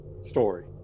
story